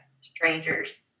strangers